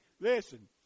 Listen